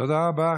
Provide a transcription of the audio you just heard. תודה רבה.